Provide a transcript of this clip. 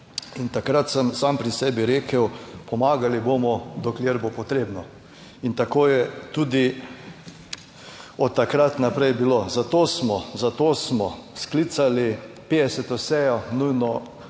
in takrat sem sam pri sebi rekel, pomagali bomo dokler bo potrebno in tako je tudi od takrat naprej bilo. Zato smo, zato smo sklicali 50. sejo, nujno, 50.